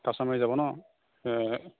কাছমাৰী যাব ন'